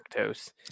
lactose